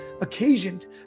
occasioned